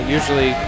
Usually